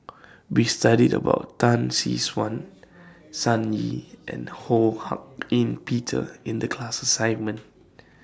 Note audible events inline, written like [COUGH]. [NOISE] We studied about Tan Tee Suan Sun Yee and Ho Hak [NOISE] Ean Peter in The class assignment [NOISE]